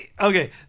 Okay